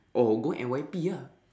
oh go N_Y_P ah